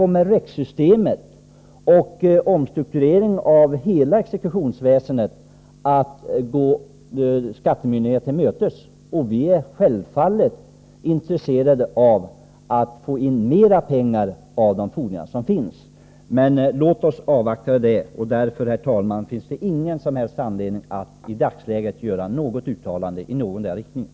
Men rättssystemet och omstruktureringen av hela exekutionsväsendet kommer att gå skattemyndigheten till mötes. Vi är självfallet intresserade av att få in mera pengar av de fordringar som finns, men låt oss avvakta. Därför, herr talman, finns det ingen som helst anledning att i dagsläget göra något uttalande i någondera riktningen.